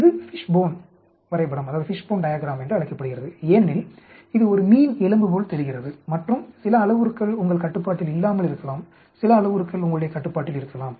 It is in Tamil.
இது ஃபிஷ்போன் வரைபடம் என்று அழைக்கப்படுகிறது ஏனெனில் இது ஒரு மீன் எலும்பு போல் தெரிகிறது மற்றும் சில அளவுருக்கள் உங்கள் கட்டுப்பாட்டில் இல்லாமல் இருக்கலாம் சில அளவுருக்கள் உங்களுடைய கட்டுப்பாட்டில் இருக்கலாம்